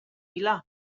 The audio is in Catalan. milà